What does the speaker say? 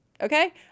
okay